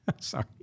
sorry